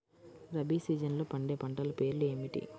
రబీ సీజన్లో పండే పంటల పేర్లు ఏమిటి?